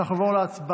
ואנחנו נעבור להצבעה.